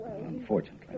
Unfortunately